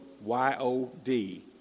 Y-O-D